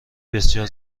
بسیار